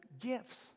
gifts